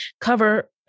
cover